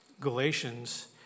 Galatians